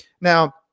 Now